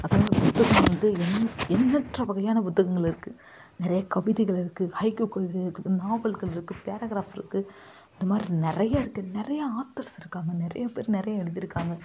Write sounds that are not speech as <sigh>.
<unintelligible> புத்தகம் வந்து எண் எண்ணெற்ற வகையான புத்தகங்கள் இருக்குது நிறைய கவிதைகள் இருக்குது ஹைக்கூ கவிதைகள் இருக்குது நாவல்கள் இருக்குது பேரக்ராஃப் இருக்குது அந்தமாதிரி நிறைய இருக்குது நிறைய ஆத்தர்ஸ் இருக்காங்க நிறைய பேர் நிறைய எழுதியிருக்காங்க